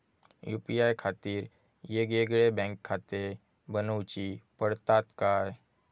UPI खातीर येगयेगळे बँकखाते बनऊची पडतात काय?